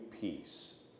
peace